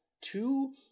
two